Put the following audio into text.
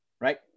right